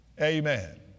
amen